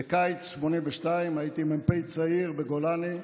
בקיץ 1982. הייתי מ"פ צעיר בגולני,